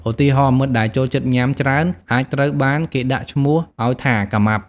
ឧទាហរណ៍ មិត្តដែលចូលចិត្តញ៉ាំច្រើនអាចត្រូវបានគេដាក់ឈ្មោះឱ្យថា “កាម៉ាប់”។